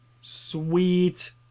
Sweet